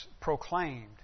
Proclaimed